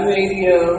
Radio